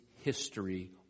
history